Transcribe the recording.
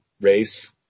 race